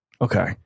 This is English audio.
Okay